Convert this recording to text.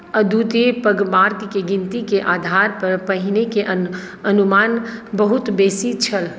अद्वितीय पगमार्कके गिनतीके आधारपर पहिनेके अन अनुमान बहुत बेसी छल